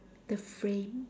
the frame